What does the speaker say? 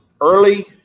early